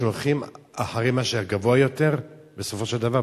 הולכים אחרי מה שגבוה יותר בסופו של דבר,